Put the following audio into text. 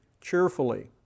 cheerfully